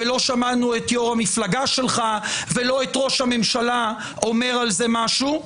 ולא שמענו את יושב-ראש המפלגה שלך ולא את ראש הממשלה אומר על זה משהו.